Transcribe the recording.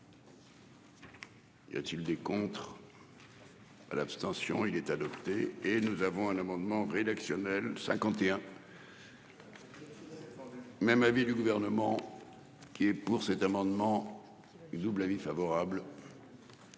Y a-t-il des contre. À l'abstention, il est adopté. Et nous avons un amendement rédactionnel. 51. Même avis du gouvernement qui est pour cet amendement. Une double avis favorable.